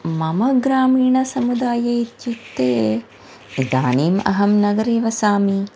मम ग्रामीणसमुदाये इत्युक्ते इदानीम् अहं नगरे वसामि